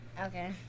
Okay